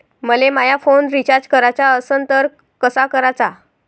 मले माया phone recharge कराचा असन तर कसा कराचा?